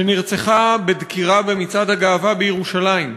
שנרצחה בדקירה במצעד הגאווה בירושלים,